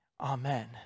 Amen